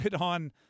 on